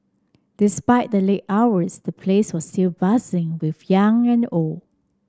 despite the late hours the place was still buzzing with young and old